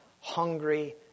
hungry